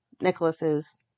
Nicholas's